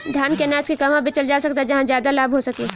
धान के अनाज के कहवा बेचल जा सकता जहाँ ज्यादा लाभ हो सके?